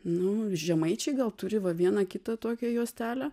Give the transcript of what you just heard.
nu žemaičiai gal turi va vieną kitą tokią juostelę